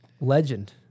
legend